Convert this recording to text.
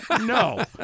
No